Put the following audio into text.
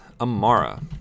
Amara